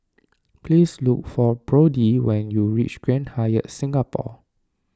please look for Brodie when you reach Grand Hyatt Singapore